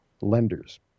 lenders